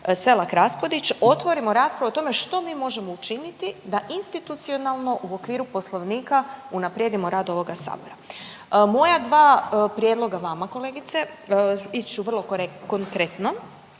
Selak Raspudić otvorimo raspravu o tome što mi možemo učiniti da institucionalno u okviru Poslovnika unaprijedimo rad ovoga sabora. Moja dva prijedloga vama kolegice, ići ću vrlo konkretno.